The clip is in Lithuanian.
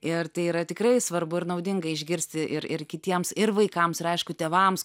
ir tai yra tikrai svarbu ir naudinga išgirsti ir ir kitiems ir vaikams ir aišku tėvams